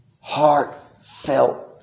heartfelt